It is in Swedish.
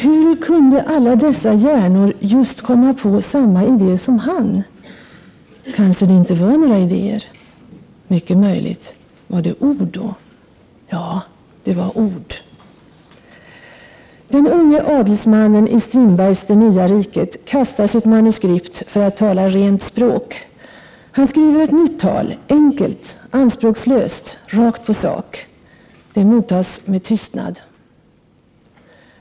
Huru kunde alla dessa hjärnor just komma på samma idé som han? Kanske det inte var några idéer? Mycket möjligt. Var det ord då? Ja, det var det! Det var ord!” Den unge adelsmannen i Strindbergs ”Det nya riket” kastar sitt manuskript för att tala rent språk. Han skriver ett nytt tal, ”enkelt anspråkslöst, 45 rakt på sak”. Det mottas med tystnad.